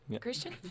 Christian